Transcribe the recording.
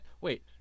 wait